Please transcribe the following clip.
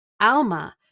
Alma